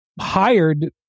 hired